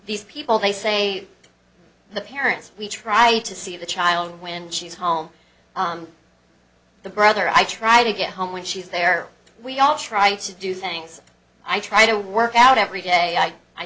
these people they say the parents we try to see the child when she's home the brother i try to get home when she's there we all try to do things i try to work out every day i